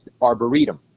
Arboretum